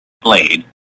blade